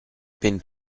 been